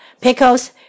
Pickles